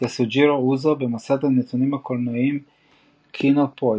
יסוג'ירו אוזו, במסד הנתונים הקולנועיים KinoPoisk